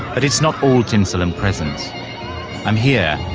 but it's not all tinsel and presents, and here,